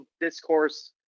discourse